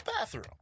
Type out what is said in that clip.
bathroom